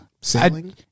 Sailing